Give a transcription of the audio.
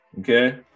okay